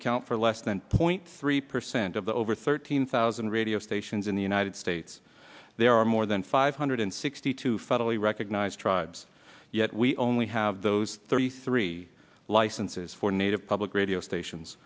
account for less than two point three percent of the over thirteen thousand radio stations in the united states there are more than five hundred sixty two federally recognized tribes yet we only have those thirty three licenses for native public radio stations